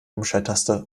umschalttaste